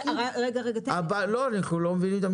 ואנחנו יכולים להראות,